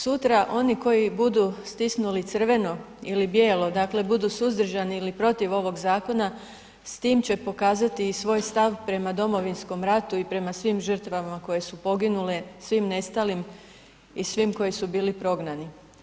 Sutra oni koji budu stisnuli crveno ili bijelo, dakle budu suzdržani ili protiv ovog zakona, s tim će pokazati i svoj stav prema Domovinskog ratu i prema svim žrtvama koje su poginule, svim nestalim i svim koji su bili prognani.